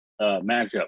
matchup